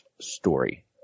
Story